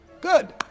Good